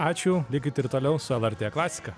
ačiū likit ir toliau su lrt klasika